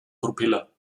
propeller